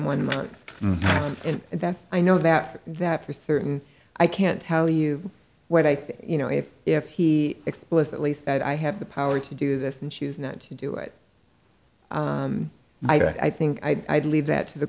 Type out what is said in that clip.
one month and that i know that that for certain i can't tell you what i think you know if if he explicitly said i have the power to do this and choose not to do it i think i'd leave that to the